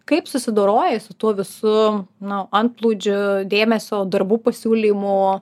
kaip susidoroji su tuo visu nu antplūdžiu dėmesio darbų pasiūlymu